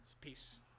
Peace